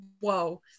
whoa